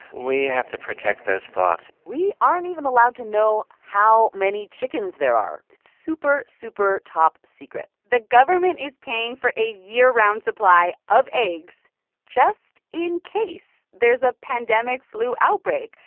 we have to protect those flocks we aren't even allowed to know how many chickens there are. it's super, super top-secret the government is paying for a year-round supply of eggs just in case there's a pandemic flu outbreak,